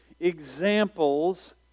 examples